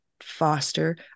foster